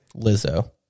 Lizzo